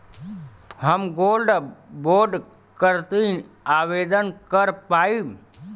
हम gold bond करती आवेदन कर पाईब?